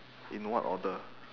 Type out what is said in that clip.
in what order